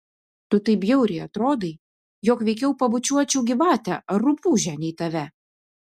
tu taip bjauriai atrodai jog veikiau pabučiuočiau gyvatę ar rupūžę nei tave